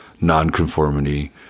nonconformity